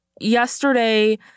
yesterday